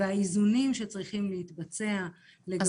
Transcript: האיזונים שצריכים להתבצע לגבי --- אז